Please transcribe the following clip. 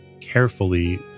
carefully